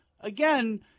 again—